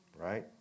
Right